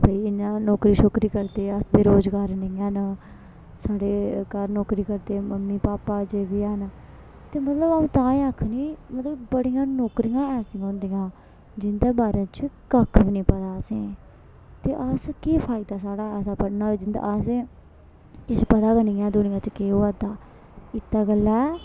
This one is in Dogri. ते इ'यां नौकरी शौकरी करगे अस बेरोजगार नी हैन साढ़े घर नौकरी करदे मम्मी पापा अजें बी हैन ते मतलब आ'ऊं तां गै आखनी कि मतलब बड़ियां नौकरियां ऐसियां बी होंदियां जिंदे बारे च कक्ख बी नी पता असें ते अस केह् फायदा साढ़ा ऐसा पढ़ना जिंदा असें किश पता गै नी ऐ दुनिया च केह् होआ दा इत्तै गल्लै